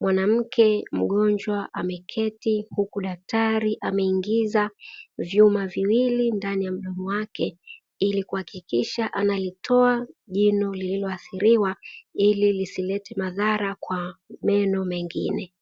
mwanamke mgonjwa ameketi huku daktari ameingiza vyuma viwili ndani ya mdomo wake ili kuhakikisha analitoa jino lililoathiriwa ili lisilete madhara kwa meno mengine.